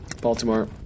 Baltimore